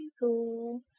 cool